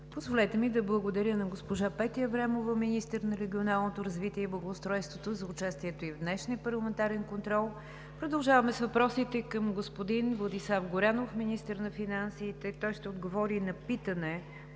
Позволете ми да благодаря на госпожа Петя Аврамова – министър на регионалното развитие и благоустройството, за участието ѝ в днешния парламентарен контрол. Продължаваме с въпросите към господин Владислав Горанов – министър на финансите. Той ще отговори на питане